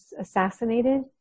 assassinated